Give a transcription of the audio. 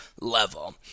level